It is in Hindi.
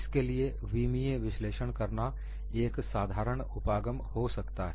इसके लिए विमीय विश्लेषण करना एक साधारण उपागम हो सकता है